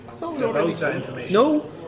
No